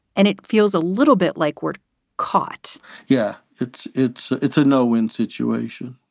and it feels a little bit like we're caught yeah, it's it's it's a no win situation.